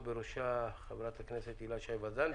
בראשה תעמוד חברת הכנסת הילה שי וזאן.